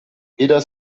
weder